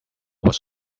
was